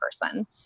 person